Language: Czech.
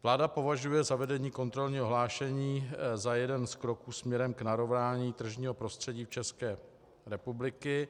Vláda považuje zavedení kontrolního hlášení za jeden z kroků směrem k narovnání tržního prostředí České republiky.